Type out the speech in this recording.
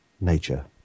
nature